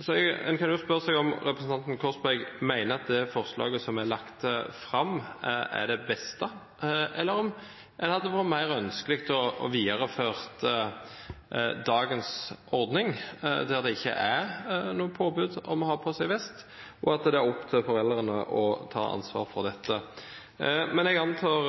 Så en kan jo spørre seg om representanten Korsberg mener at det forslaget som er lagt fram, er det beste, eller om det hadde vært mer ønskelig å videreføre dagens ordning, der det ikke er noe påbud om å ha på seg vest, og at det er opp til foreldrene å ta ansvar for dette. Men jeg antar